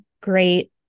great